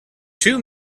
two